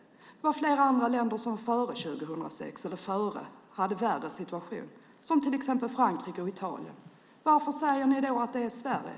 Det var flera länder som före 2006 hade en värre situation, till exempel Frankrike och Italien. Varför säger ni då att det var Sverige?